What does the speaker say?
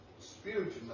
spiritual